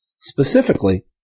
specifically